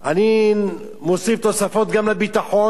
אני מוסיף תוספות גם לביטחון,